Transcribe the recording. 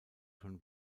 schon